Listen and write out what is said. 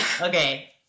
Okay